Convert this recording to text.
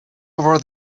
over